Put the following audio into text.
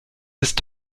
ist